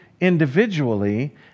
individually